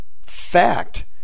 fact